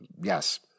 Yes